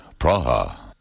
Praha